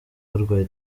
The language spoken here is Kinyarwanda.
barwaye